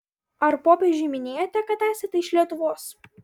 ar popiežiui minėjote kad esate iš lietuvos